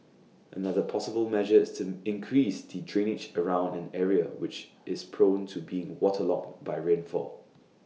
another possible measure is to increase the drainage around an area which is prone to being waterlogged by rainfall